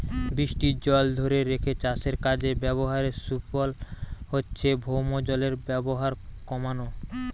বৃষ্টির জল ধোরে রেখে চাষের কাজে ব্যাভারের সুফল হচ্ছে ভৌমজলের ব্যাভার কোমানা